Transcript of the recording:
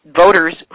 voters